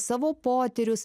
savo potyrius